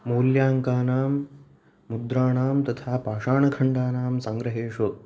मूल्याङ्कानां मुद्राणां तथा पाषाणखण्डानां सङ्ग्रहेषु